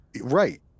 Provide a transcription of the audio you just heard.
right